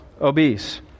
obese